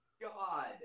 God